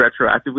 retroactively